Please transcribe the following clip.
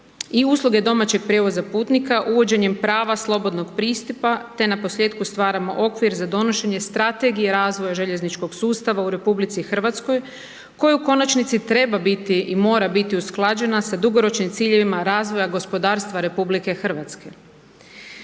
i usluge domaćeg prijevoza putnika uvođenjem prava slobodnog pristupa te naposljetku stvaramo okvir za donošenje strategije razvoja željezničkog sustava u RH koje u konačnici treba biti i mora biti usklađena sa dugoročnim ciljevima razvoja gospodarstva RH.